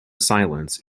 silence